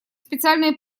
специальные